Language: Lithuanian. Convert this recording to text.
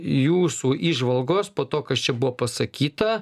jūsų įžvalgos po to kas čia buvo pasakyta